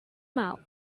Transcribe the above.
mouth